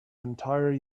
entire